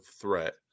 threat